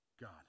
God